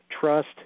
trust